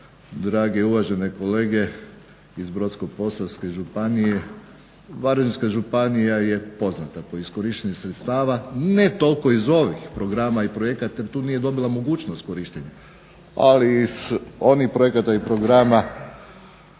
drage uvažene kolege iz Brodsko-posavske županije, Varaždinska županija je poznata je iskorištenih sredstava, ne toliko iz ovih programa i projekata, jer tu nije dobila mogućnost korištenja, ali iz onih projekata i programa